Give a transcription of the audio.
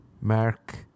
Mark